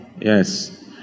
Yes